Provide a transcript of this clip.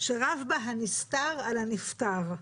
שרב בה הנסתר על הנפתר.